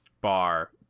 bar